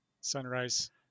sunrise